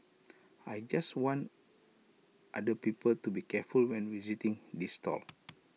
I just want other people to be careful when visiting this stall